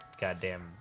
goddamn